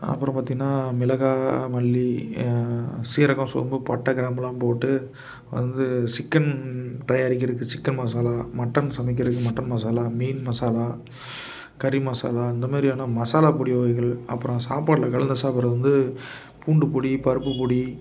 அப்புறம் பார்த்திங்கன்னா மிளகாய் மல்லி சீரகம் சோம்பு பட்டை கிராம்பெலாம் போட்டு வந்து சிக்கன் தயாரிக்கிறதுக்கு சிக்கன் மசாலா மட்டன் சமைக்கிறதுக்கு மட்டன் மசாலா மீன் மசாலா கறி மசாலா இந்த மாதிரியான மசாலா பொடி வகைகள் அப்புறம் சாப்பாட்டில கலந்து சாப்பிட்றது வந்து பூண்டுப்பொடி பருப்புப்பொடி